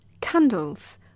Candles